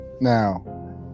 Now